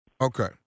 Okay